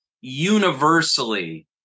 universally